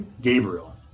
Gabriel